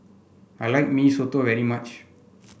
I like Mee Soto very much